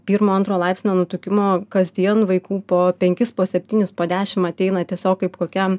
pirmo antro laipsnio nutukimo kasdien vaikų po penkis po septynis po dešim ateina tiesiog kaip kokia